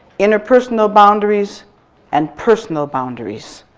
interpersonal boundaries and personal boundaries.